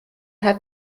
hat